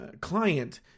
client